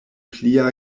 plia